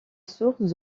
source